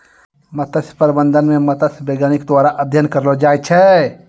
मत्स्य प्रबंधन मे मत्स्य बैज्ञानिक द्वारा अध्ययन करलो जाय छै